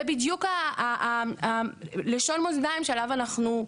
זה בדיוק לשון המאזניים שעליו אנחנו עמדנו.